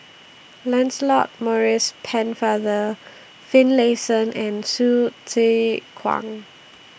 Lancelot Maurice Pennefather Finlayson and Hsu Tse Kwang